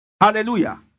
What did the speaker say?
Hallelujah